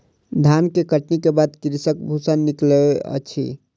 धान के कटनी के बाद कृषक भूसा निकालै अछि